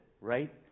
right